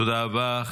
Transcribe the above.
תודה רבה.